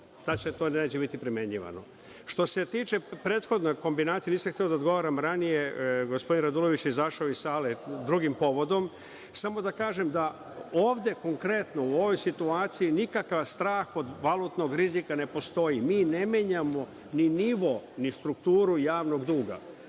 to neće biti primenjivano. Što se tiče prethodne kombinacije, nisam hteo da odgovaram ranije, gospodin Radulović je izašao iz sale drugim povodom, samo da kažem da ovde konkretno u ovoj situaciji nikakav strah od valutnog rizika ne postoji. Mi ne menjamo ni nivo, ni strukturu javnog duga.